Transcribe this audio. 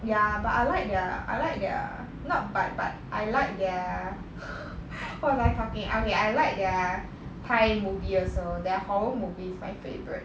ya but I like their I like their not but but I like their what am I talking ah okay I like their thai movie also their horror movies my favourite